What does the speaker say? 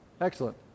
excellent